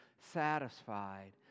satisfied